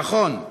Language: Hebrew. נכון,